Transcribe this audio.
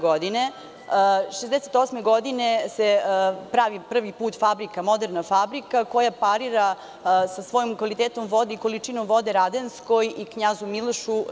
Godine, 1968. se pravi priv put fabrika koja parira sa svojim kvalitetom vode i količinom vode „Radenskoj“ i „Knjazu Milošu“